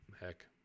heck